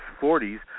40s